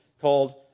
called